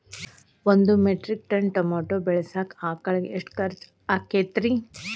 ಒಂದು metric ton tomato ಬೆಳಸಾಕ್ ಆಳಿಗೆ ಎಷ್ಟು ಖರ್ಚ್ ಆಕ್ಕೇತ್ರಿ?